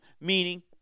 meaning